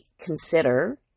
consider